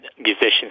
musicians